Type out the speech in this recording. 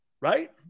Right